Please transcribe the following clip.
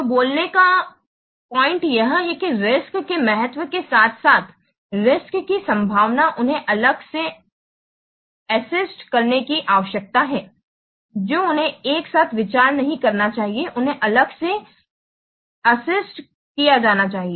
तो बोलने का बिंदु यह है कि रिस्क्स के महत्व के साथ साथ रिस्क्स की संभावना उन्हें अलग से अस्सेस्सेड करने की आवश्यकता है जो उन्हें एक साथ विचार नहीं करना चाहिए उन्हें अलग से अस्सेस्सेड किया जाना चाहिए